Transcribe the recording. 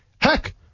heck